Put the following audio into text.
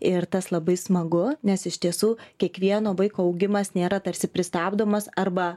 ir tas labai smagu nes iš tiesų kiekvieno vaiko augimas nėra tarsi pristabdomas arba